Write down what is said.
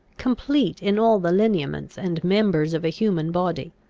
complete in all the lineaments and members of a human body.